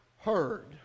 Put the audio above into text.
heard